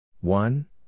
One